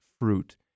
fruit